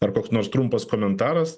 ar koks nors trumpas komentaras